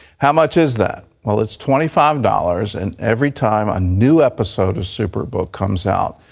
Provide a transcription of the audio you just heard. how much is that? well, it is twenty five dollars. and every time a new episode of superbook comes out,